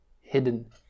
hidden